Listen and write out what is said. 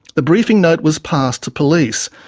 the briefing note was passed to police,